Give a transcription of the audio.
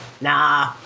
nah